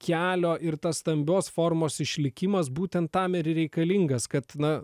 kelio ir tas stambios formos išlikimas būtent tam ir reikalingas kad na